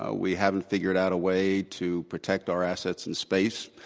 ah we haven't figured out a way to protect our assets in space.